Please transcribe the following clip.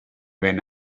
when